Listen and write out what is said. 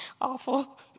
awful